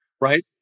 right